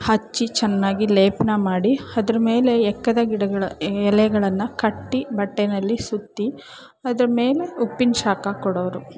ಹಚ್ಚಿ ಚೆನ್ನಾಗಿ ಲೇಪನ ಮಾಡಿ ಅದ್ರ್ ಮೇಲೆ ಎಕ್ಕದ ಗಿಡಗಳ ಎಲೆಗಳನ್ನು ಕಟ್ಟಿ ಬಟ್ಟೆಯಲ್ಲಿ ಸುತ್ತಿ ಅದ್ರ ಮೇಲೆ ಉಪ್ಪಿನ ಶಾಖ ಕೊಡೋರು